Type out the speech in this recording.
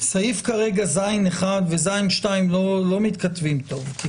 סעיף (ז)(1) ו-(ז)(2) לא מתכתבים טוב כי